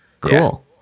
cool